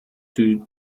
two